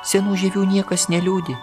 senų žievių niekas neliūdi